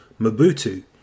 Mobutu